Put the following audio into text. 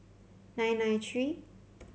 nine nine three